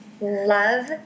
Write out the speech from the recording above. love